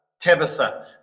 Tabitha